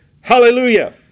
hallelujah